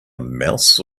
mouse